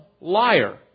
liar